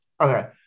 Okay